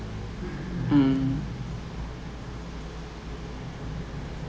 mm